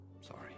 Sorry